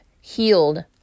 healed